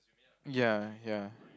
ya ya